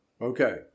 Okay